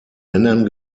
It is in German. männern